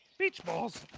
beach balls.